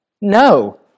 No